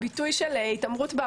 והביטוי של התנכלות